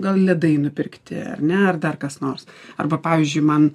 gal ledai nupirkti ar ne ar dar kas nors arba pavyzdžiui man